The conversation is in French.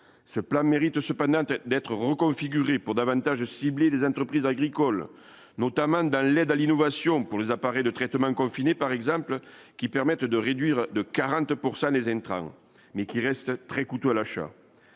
ce plan mérite cependant d'être reconfigurée pour davantage cibler les entreprises agricoles, notamment dans l'aide à l'innovation pour les appareils de traitement confiné par exemple, qui permettent de réduire de 40 pourcent des intrants mais qui reste très coûteux à l'achat